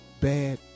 bad